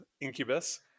Incubus